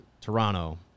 Toronto